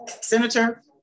Senator